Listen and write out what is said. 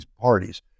parties